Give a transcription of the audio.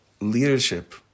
leadership